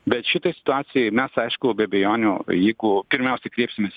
bet šitoj situacijoj mes aišku be abejonių jeigu pirmiausiai kreipsimės